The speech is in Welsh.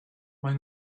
mae